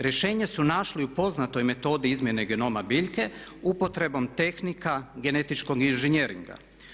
Rješenje su našli u poznatoj metodi izmjene genoma biljke upotrebom tehnika genetičkog inženjeringa.